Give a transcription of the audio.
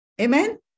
Amen